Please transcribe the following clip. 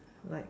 like